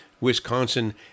Wisconsin